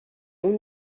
اون